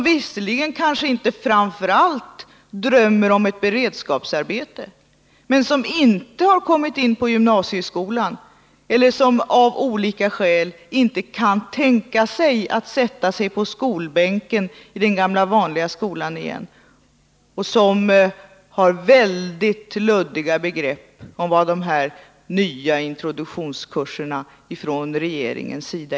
Visserligen kanske de inte framför allt drömmer om ett beredskapsarbete, men de har kanske inte kommit in på gymnasieskolan eller de kan inte, av olika skäl, tänka sig att sätta sig på skolbänken i den gamla vanliga skolan igen, och de har väldigt luddiga begrepp om innebörden av de nya introduktionskurserna, som regeringen föreslår.